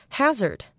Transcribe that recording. hazard